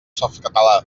softcatalà